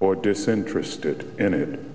or disinterested in it